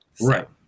Right